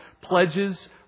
pledges